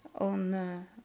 On